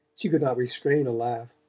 she could not restrain a laugh.